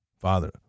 Father